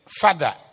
father